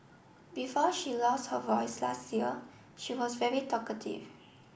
before she lost her voice last year she was very talkative